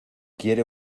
quiere